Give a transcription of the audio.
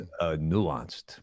nuanced